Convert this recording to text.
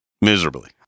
miserably